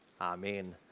Amen